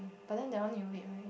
but then that one need to wait right